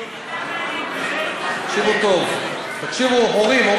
תקשיבו טוב, תקשיבו, הורים: